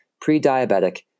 pre-diabetic